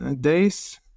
days